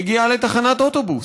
מגיעה לתחנת אוטובוס,